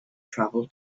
travel